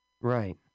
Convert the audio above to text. Right